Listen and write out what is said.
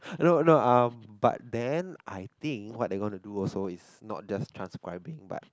no no um but then I think what they gonna do is not just transcribing but